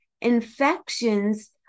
Infections